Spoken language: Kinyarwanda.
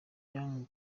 yong